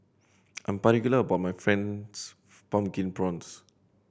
I am particular about my Fried Pumpkin Prawns